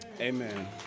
amen